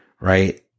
right